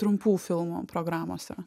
trumpų filmų programose